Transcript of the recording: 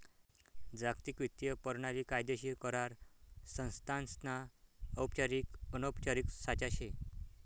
जागतिक वित्तीय परणाली कायदेशीर करार संस्थासना औपचारिक अनौपचारिक साचा शे